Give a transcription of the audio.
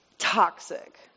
toxic